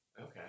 Okay